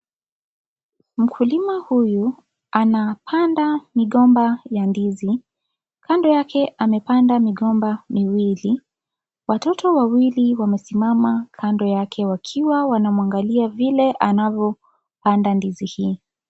Mkulima huyu anapanda migomba ya ndizi. Kando yake amepanda migomba miwili. Watoto wawili wamesimama kando yake wakiwa wanamwangalia vile anavyopanda ndizi hii.